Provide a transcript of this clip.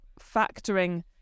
factoring